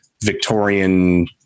Victorian